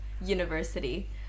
university